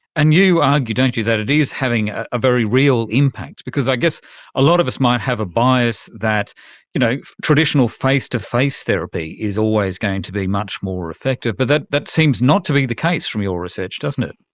and you argue, don't you, that it is having ah a very real impact, because i guess a lot of us might have a bias that you know traditional face-to-face therapy is always going to be much more effective, but that that seems not to be the case, from your research, doesn't it.